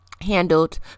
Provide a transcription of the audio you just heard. handled